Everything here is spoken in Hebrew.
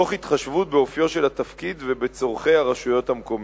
תוך התחשבות באופיו של התפקיד ובצורכי הרשויות המקומיות.